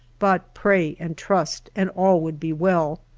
but pray and trust, and all would be well.